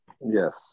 yes